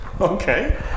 Okay